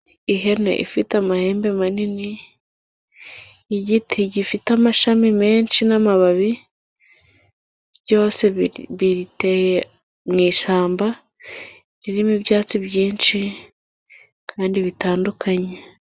Ihene ifite amahembe manini, igiti gifite amashami menshi n'amababi. Byose biteye mu ishyamba ririmo ibyatsi byinshi kandi bitandukanye.